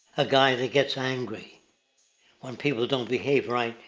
a guy that get's angry when people don't behave right.